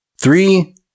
Three